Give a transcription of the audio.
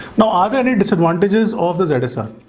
now. are there any disadvantages of this or design?